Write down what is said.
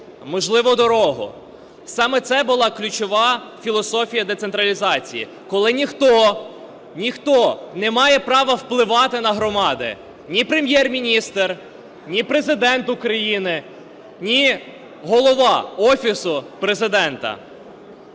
можливо дорогу. Саме це була ключова філософія децентралізації, коли ніхто не має права впливати на громади, ні Прем'єр-міністр, ні Президент України, ні Голова Офісу Президента.